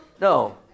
No